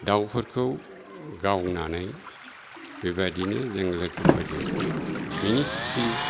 दाउफोरखौ गावनानै बेबादिनो जों लोगोफोरजों मिनि खुसि